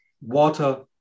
water